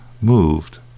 moved